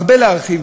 הרבה להרחיב,